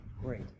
Great